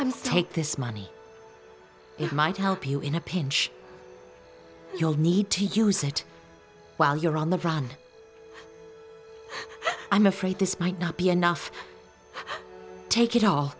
i'm take this money it might help you in a pinch you'll need to use it while you're on the run i'm afraid this might not be enough take